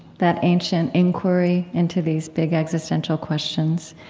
that ancient inquiry, into these big existential questions.